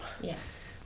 Yes